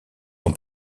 son